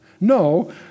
No